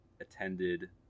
attended